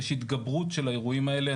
יש התגברות של האירועים האלה.